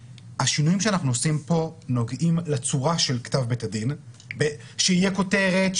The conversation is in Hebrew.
השינויים שאנחנו עושים פה נוגעים לצורה של כתב בית הדין שתהיה כותרת,